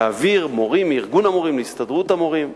להעביר מורים מארגון המורים להסתדרות המורים.